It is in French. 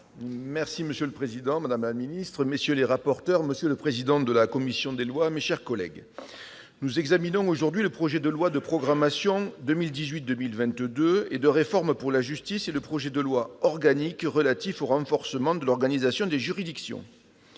Marc. Monsieur le président, madame la ministre, monsieur le président de la commission des lois, messieurs les rapporteurs, mes chers collègues, nous examinons aujourd'hui le projet de loi de programmation 2018-2022 et de réforme pour la justice et le projet de loi organique relatif au renforcement de l'organisation des juridictions.